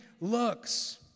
looks